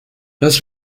los